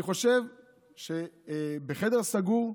אני חושב שבחדר סגור,